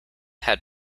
had